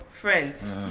friends